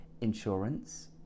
insurance